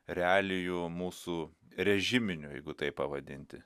realijų mūsų režiminių jeigu taip pavadinti